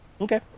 Okay